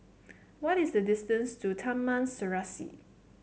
what is the distance to Taman Serasi